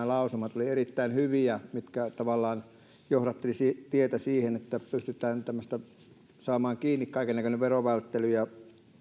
lausumat olivat erittäin hyviä ja ne tavallaan johdattelivat tietä siihen että pystytään saamaan kiinni kaikennäköinen verovälttely ja